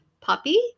puppy